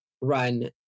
run